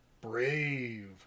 Brave